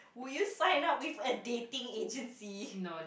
will you sign up with a dating agency